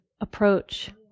approach